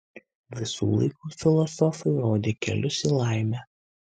visų laikų filosofai rodė kelius į laimę